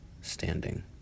standing